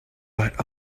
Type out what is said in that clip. but